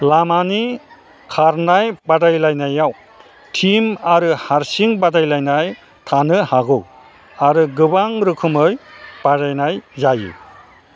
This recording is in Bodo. लामानि खारनाय बादायलायनायाव टीम आरो हारसिं बादायलायनाय थानो हागौ आरो गोबां रोखोमै बादायनाय जायो